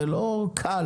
זה לא קל,